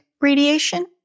radiation